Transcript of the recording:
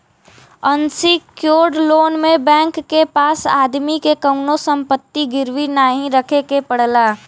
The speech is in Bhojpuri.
अनसिक्योर्ड लोन में बैंक के पास आदमी के कउनो संपत्ति गिरवी नाहीं रखे के पड़ला